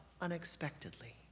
unexpectedly